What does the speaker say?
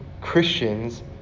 Christians